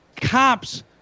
cops